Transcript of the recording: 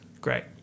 Great